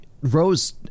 Rose